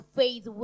faith